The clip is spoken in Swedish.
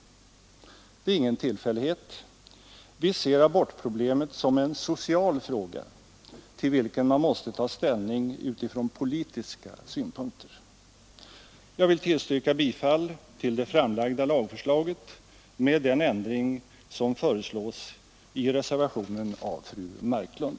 Det är ingen tillfällighet. Vi ser abortproblemet som en social fråga, till vilken man måste ta ställning utifrån politiska synpunkter. Jag vill tillstyrka bifall till det framlagda lagförslaget med den ändring som föreslås i reservationen av fru Marklund.